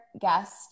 Guest